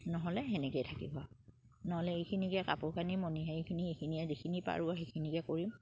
নহ'লে সেনেকেই থাকিব নহ'লে এইখিনিকে কাপোৰ কানি মণিহাৰী এইখিনি এইখিনিয়ে যিখিনি পাৰোঁ সেইখিনিকে কৰিম